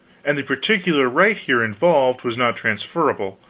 and the particular right here involved was not transferable,